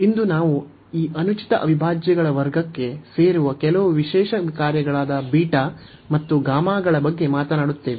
ಇಂದು ನಾವು ಈ ಅನುಚಿತ ಅವಿಭಾಜ್ಯಗಳ ವರ್ಗಕ್ಕೆ ಸೇರುವ ಕೆಲವು ವಿಶೇಷ ಕಾರ್ಯಗಳಾದ ಬೀಟಾ ಮತ್ತು ಗಾಮಾಗಳ ಬಗ್ಗೆ ಮಾತನಾಡುತ್ತೇವೆ